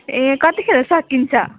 ए कतिखेर सकिन्छ